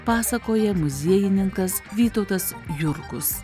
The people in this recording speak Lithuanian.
pasakoja muziejininkas vytautas jurkus